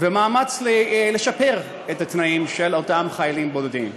ומאמץ לשפר את התנאים של אותם חיילים בודדים.